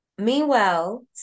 Meanwhile